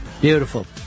Beautiful